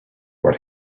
what